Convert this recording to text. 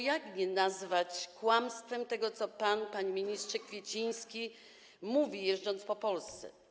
Jak nie nazwać kłamstwem tego, co pan, panie ministrze Kwieciński, mówi, jeżdżąc po Polsce.